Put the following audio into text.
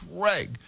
Craig